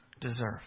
deserve